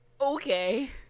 Okay